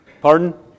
Pardon